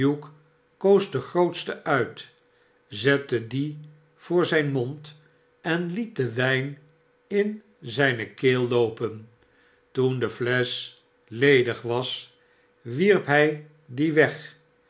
de grootste uit zette die voor zijn mond en liet den wijn in zijne keel loopen toen de flesch ledig was wierp hij die weg